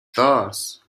thus